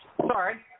Sorry